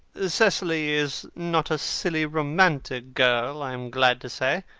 cecily is not a silly romantic girl, i am glad to say.